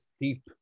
deep